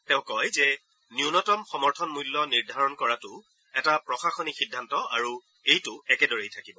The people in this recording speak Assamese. তেওঁ কয় যে ন্যনতম সমৰ্থন মূল্য নিৰ্ধাৰণ কৰাতো এটা প্ৰশাসনিক সিদ্ধান্ত আৰু এইটো একেদৰেই থাকিব